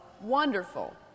wonderful